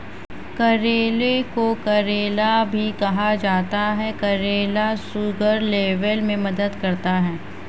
करेले को करेला भी कहा जाता है करेला शुगर लेवल में मदद करता है